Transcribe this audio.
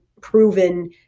proven